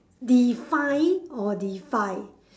define or defy